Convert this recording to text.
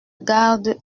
garde